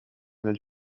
del